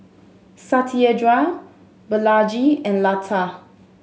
Satyendra Balaji and Lata